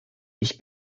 ich